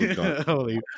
Holy